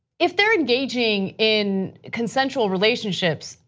if they are engaging in consensual relationships,